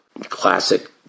classic